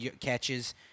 catches